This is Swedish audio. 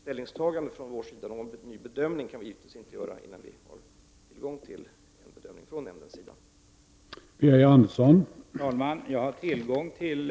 Regeringen kan givetvis inte komma med ett ställningstagande, innan vi har tillgång till jordbruksnämndens bedömning.